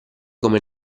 come